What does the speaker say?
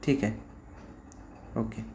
ठीक आहे ओके